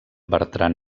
bertran